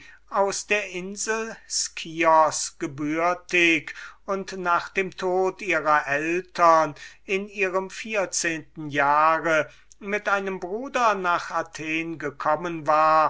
aus der insel scios gebürtig gewesen und nach dem tod ihrer eltern in ihrem vierzehnten jahr mit einem bruder nach athen gekommen um